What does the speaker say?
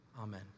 Amen